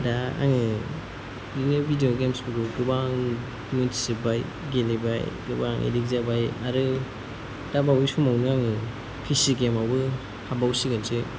दा आङो बिदिनो भिडिय' गेम्सफोरखौ गोबां मिन्थिजोबाय गेलेबाय गोबां एडिक्ट जाबाय आरो दाबावै समावनो आङो पि सि गेमावबो हाबबावसिगोनसो